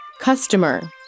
Customer